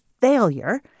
failure